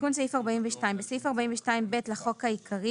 תיקון סעיף 42 26. בסעיף 42(ב) לחוק העיקרי,